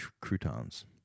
croutons